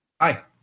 Hi